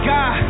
God